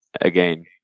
again